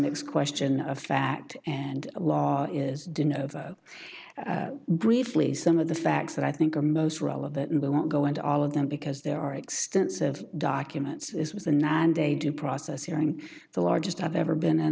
mix question of fact and law is dunno though briefly some of the facts that i think are most relevant and i won't go into all of them because there are extensive documents this was a nine day due process hearing the largest i've ever been in